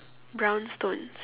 brown stones